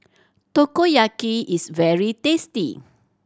takoyaki is very tasty